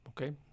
Okay